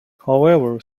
however